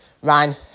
Ryan